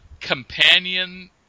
companion